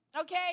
Okay